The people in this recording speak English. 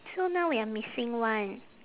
so now we are missing one